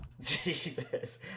Jesus